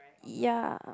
ya